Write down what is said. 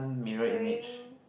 who's going